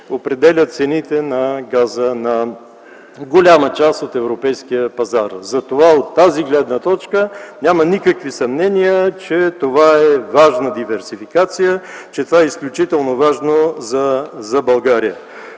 определя цените на газа на голяма част от европейския пазар. Затова от тази гледна точка няма никакви съмнения, че това е важна диверсификация, че това е изключително важно за България.